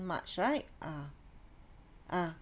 march right ah ah